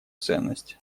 ценность